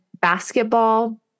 basketball